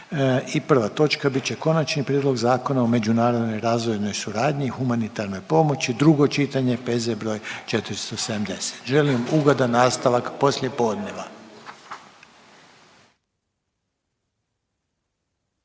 i prva točka bit će Konačni prijedlog Zakona o međunarodnoj razvojnoj suradnji i humanitarnoj pomoći, drugo čitanje, P.Z. broj 470. Želim ugodan nastavak poslijepodneva.